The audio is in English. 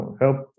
help